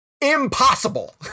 impossible